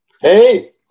Hey